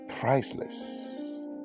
Priceless